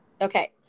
Okay